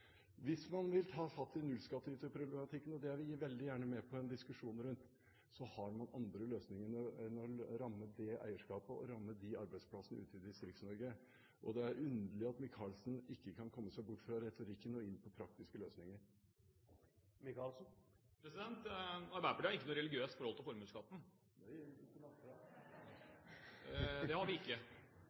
Hvis man vil ta fatt i nullskatteyterproblematikken, og det er vi veldig gjerne med på en diskusjon rundt, har man andre løsninger enn å ramme eierskapet og arbeidsplassene ute i Distrikts-Norge. Det er underlig at Micaelsen ikke kan komme seg bort fra retorikken og inn på praktiske løsninger. Arbeiderpartiet har ikke noe religiøst forhold til formuesskatten! Det er ikke langt fra! Det har vi ikke.